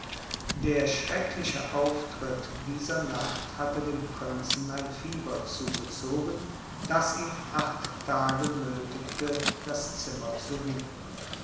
der schreckliche auftritt dieser nacht hatte dem prinzen ein fieber zugezogen das ihn acht tage nötigte das zimmer zu hüten